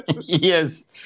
Yes